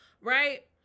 Right